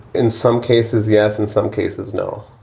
in some cases, yes. in some cases, no.